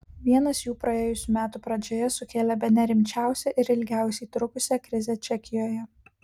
vienas jų praėjusių metų pradžioje sukėlė bene rimčiausią ir ilgiausiai trukusią krizę čekijoje